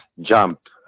jumped